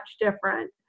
different